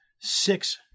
Six